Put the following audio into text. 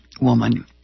woman